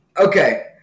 Okay